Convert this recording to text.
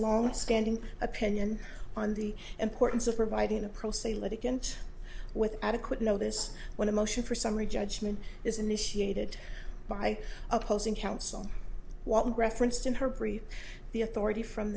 long standing opinion on the importance of providing a pro se litigant with adequate notice when a motion for summary judgment is initiated by opposing counsel what referenced in her brief the authority from